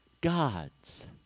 God's